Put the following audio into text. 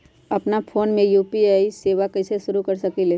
अपना फ़ोन मे यू.पी.आई सेवा कईसे शुरू कर सकीले?